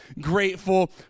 grateful